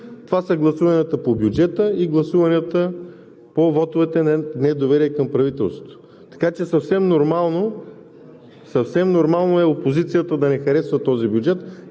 Това са гласуванията по бюджета и гласуванията по вотовете на недоверие към правителството. Така че съвсем нормално е опозицията да не харесва този бюджет.